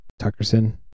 Tuckerson